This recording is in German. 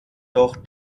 doch